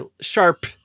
sharp